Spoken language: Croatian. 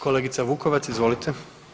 Kolegica Vukovac, izvolite.